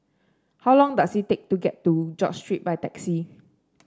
how long does it take to get to George Street by taxi